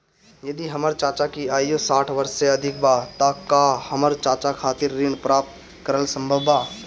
यदि हमर चाचा की आयु साठ वर्ष से अधिक बा त का हमर चाचा खातिर ऋण प्राप्त करल संभव बा